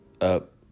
up